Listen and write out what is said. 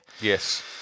Yes